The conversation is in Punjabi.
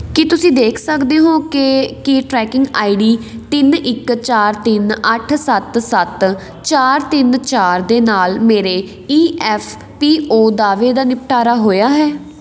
ਕੀ ਤੁਸੀਂ ਦੇਖ ਸਕਦੇ ਹੋ ਕਿ ਕੀ ਟਰੈਕਿੰਗ ਆਈ ਡੀ ਤਿੰਨ ਇੱਕ ਚਾਰ ਤਿੰਨ ਅੱਠ ਸੱਤ ਸੱਤ ਚਾਰ ਤਿੰਨ ਚਾਰ ਦੇ ਨਾਲ ਮੇਰੇ ਈ ਐਫ ਪੀ ਓ ਦਾਅਵੇ ਦਾ ਨਿਪਟਾਰਾ ਹੋਇਆ ਹੈ